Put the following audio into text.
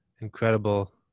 incredible